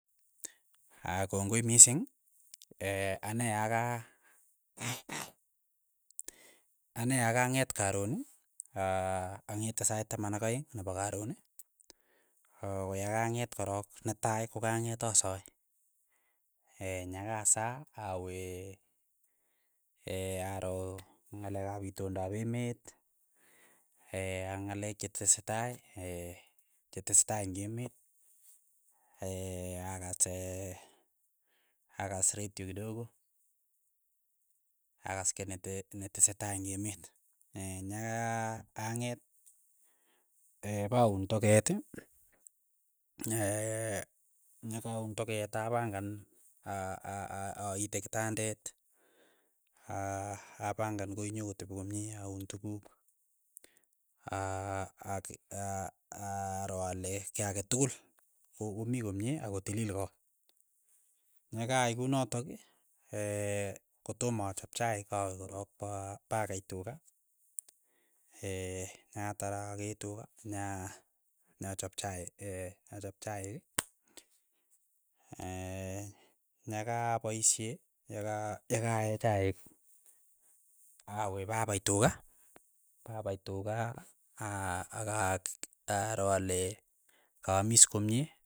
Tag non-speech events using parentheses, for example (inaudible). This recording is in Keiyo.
Aya kongoi mising, (hesitation) ane yaka ane yakang'et karon aa ang'ete sait taman ak aeng' nepa karon, ko yakang'et korok netai kokang'et asae, (hesitation) nyakasaa awee aro ng'alek ap itondap emet, (hesitation) ak ng'alek che tesetai (hesitation) chetesetai eng' emet (hesitation) akas (hesitation) akas retio kidogo, akas kei nete netesetai eng' emet, (hesitation) nyakang'et pauun toket, (hesitation) nyakauun toket apang'an a- a- a- aaite kitandet, aapangan koinyu kotepi komye, aun tukuk, a--aa- k aroo ale kiy ake tukul komii komie ako tilil koot, ny'ekayai kunotok. (hesitation) kotoma achap chaik awe korok pa pakei tuka, (hesitation) ny'akatar akee tuka nya nyachap chai (hesitation) achap chaik, nyakapaishe yakaa yakaee chaik awe papai tuka papai tuka a- a- aro ale kaamis komie.